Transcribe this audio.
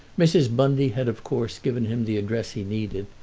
mrs. bundy had of course given him the address he needed,